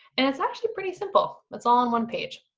and it's actually pretty simple, it's all on one page.